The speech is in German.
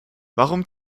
warum